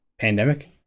pandemic